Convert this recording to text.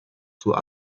zur